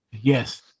Yes